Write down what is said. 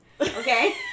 Okay